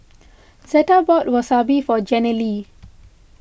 Zetta bought Wasabi for Jenilee